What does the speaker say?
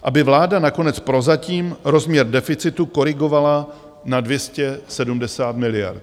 Aby vláda nakonec prozatím rozměr deficitu korigovala na 270 miliard.